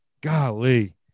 golly